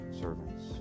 servants